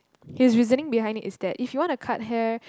his reasoning behind is that if you want to cut hair